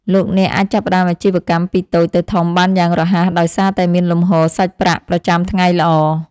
លោកអ្នកអាចចាប់ផ្តើមអាជីវកម្មពីតូចទៅធំបានយ៉ាងរហ័សដោយសារតែមានលំហូរសាច់ប្រាក់ប្រចាំថ្ងៃល្អ។